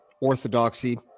orthodoxy